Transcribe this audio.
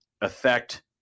affect